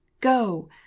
go